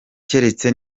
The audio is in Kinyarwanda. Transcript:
keretse